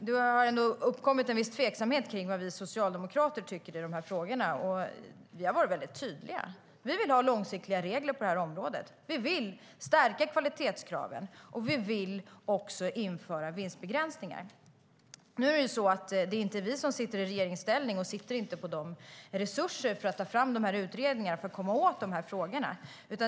Det har uppkommit viss tveksamhet om vad vi socialdemokrater tycker i de här frågorna. Vi har varit tydliga: Vi vill ha långsiktiga regler på området, vi vill stärka kvalitetskraven och vi vill införa vinstbegränsningar. Men nu är det inte vi som sitter i regeringsställning. Vi sitter inte på de resurser som behövs för att ta fram utredningarna och komma åt frågorna.